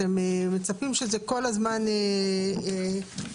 אתם מצפים שכל הזמן זה יישמר.